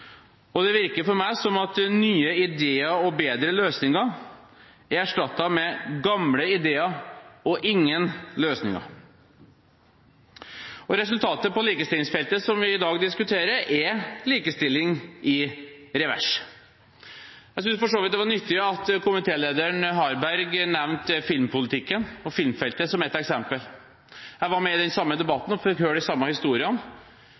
og det virker for meg som at nye ideer og bedre løsninger er erstattet med gamle ideer og ingen løsninger. Resultatet på likestillingsfeltet, som vi diskuterer i dag, er likestilling i revers. Jeg synes for så vidt det var nyttig at komitéleder Harberg nevnte filmpolitikken og filmfeltet som et eksempel. Jeg var med i den samme debatten og fikk høre de samme historiene.